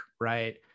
right